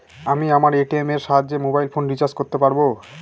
আমি আমার এ.টি.এম এর সাহায্যে মোবাইল ফোন রিচার্জ করতে পারব?